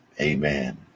amen